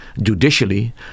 judicially